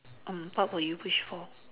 mm what would you wish for